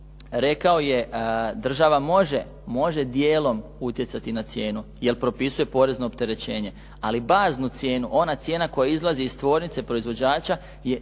rekao je država može dijelom utjecati na cijenu, jer propisuje porezno opterećenje, ali baznu cijenu, ona cijena koja izlazi iz tvornice proizvođača je u